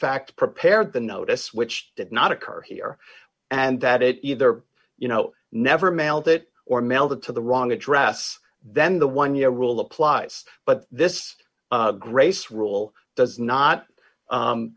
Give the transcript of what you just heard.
fact prepared the notice which did not occur here and that it either you know never mailed it or melted to the wrong address then the one year rule applies but this grace rule does not